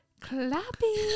clapping